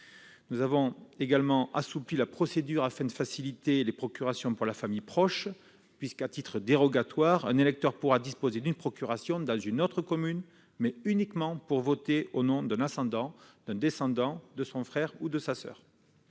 Nous avons également assoupli la procédure afin de faciliter les procurations pour la famille proche, puisque, à titre dérogatoire un électeur pourra disposer d'une procuration dans une autre commune, mais uniquement pour voter au nom d'un ascendant, d'un descendant, de son frère ou de sa soeur.